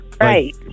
right